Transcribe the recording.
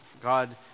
God